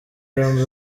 yombi